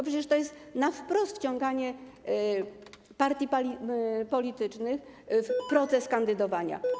Przecież to jest wprost wciąganie partii politycznych w proces kandydowania.